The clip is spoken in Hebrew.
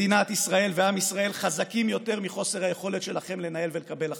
מדינת ישראל ועם ישראל חזקים יותר מחוסר היכולת שלכם לנהל ולקבל החלטות.